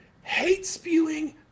hate-spewing